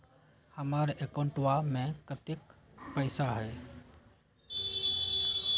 हमार अकाउंटवा में कतेइक पैसा हई?